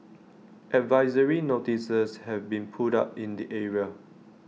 advisory notices have been put up in the area